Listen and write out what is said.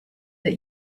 that